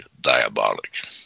diabolic